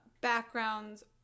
backgrounds